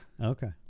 Okay